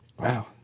Wow